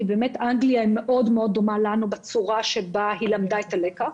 כי אנגליה מאוד דומה לנו בצורה שבה היא למדה את הלקח.